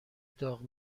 داغ